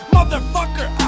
Motherfucker